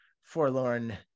forlorn